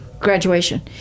graduation